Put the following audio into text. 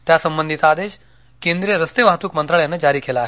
त्यासंबंधीचा आदेश केंद्रीय रस्ते वाहतूक मंत्रालयानं जारी केला आहे